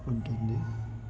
ఉంటుంది